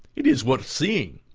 it is worth seeing,